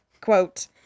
quote